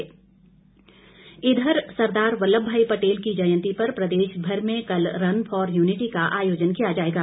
एकता दौड् इधर सरदार वल्लभ भाई पटेल की जयंती पर प्रदेश भर में कल रन फॉर यूनिटी का आयोजन किया जाएगा